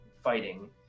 fighting